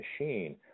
machine